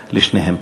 לשניהם.